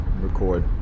record